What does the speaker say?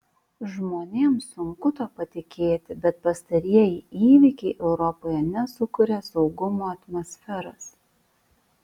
žmonėms sunku tuo patikėti bet pastarieji įvykiai europoje nesukuria saugumo atmosferos